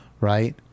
Right